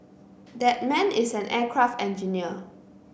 that man is an aircraft engineer